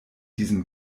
diesem